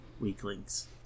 Weaklings